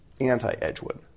anti-Edgewood